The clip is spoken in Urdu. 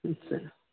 اچھا